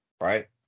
right